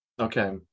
Okay